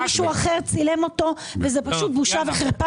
מישהו אחר צילם אותו וזאת פשוט בושה וחרפה